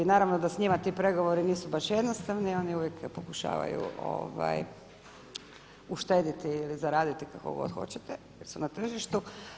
Naravno da s njima ti pregovori nisu baš jednostavni, oni uvijek pokušavaju uštediti ili zaraditi kako god hoćete jer su na tržištu.